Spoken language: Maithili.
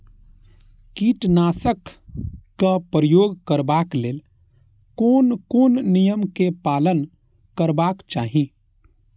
कीटनाशक क प्रयोग करबाक लेल कोन कोन नियम के पालन करबाक चाही?